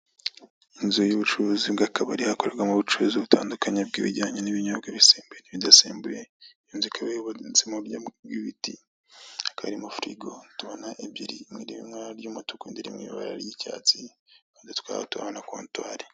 Inzu y'ubucuruzi bw'akabari hakorerwamo ubucuruzi butandukanye bw'ibijyanye n'ibinyobwa bisembuye n'ibidasembuye, iyo inzu ikaba yubatse muburyo bw'ibiti hakaba harimo firigo tubona ebyiri imwe iri mu ibara ry'umutuku indi iri mu ibara ry'icyatsi tukaba tubona kontwari.